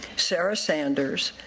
sarah sanders,